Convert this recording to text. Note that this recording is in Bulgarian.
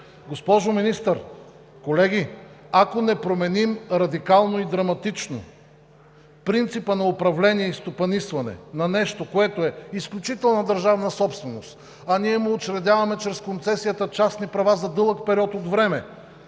Госпожо Министър, колеги, ако не променим радикално и драматично принципа на управление и стопанисване на нещо, което е изключителна държавна собственост, а ние им учредяваме чрез концесията частни права за дълъг период от време,